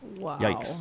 Wow